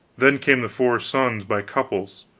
then came the four sons by couples,